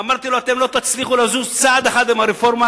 אמרתי לו: אתם לא תצליחו לזוז צעד אחד עם הרפורמה,